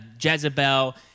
Jezebel